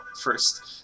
first